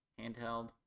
handheld